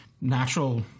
natural